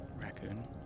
Raccoon